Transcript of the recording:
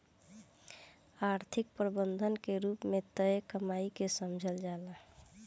आर्थिक प्रबंधन के रूप में तय कमाई के समझल जाला